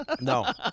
No